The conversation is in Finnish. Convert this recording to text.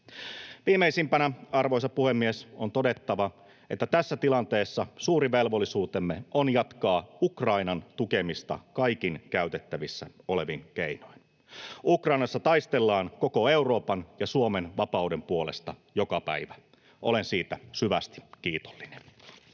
Viimeisimpänä, arvoisa puhemies, on todettava, että tässä tilanteessa suuri velvollisuutemme on jatkaa Ukrainan tukemista kaikin käytettävissä olevin keinoin. Ukrainassa taistellaan koko Euroopan ja Suomen vapauden puolesta joka päivä. Olen siitä syvästi kiitollinen.